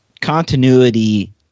continuity